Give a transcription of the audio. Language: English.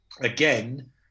again